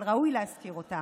אבל ראוי להזכיר אותם,